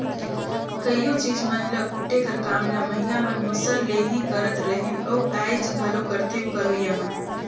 कइयो चीज मन ल कूटे कर काम ल महिला मन मूसर ले ही करत रहिन अउ आएज घलो करथे करोइया मन